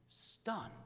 stunned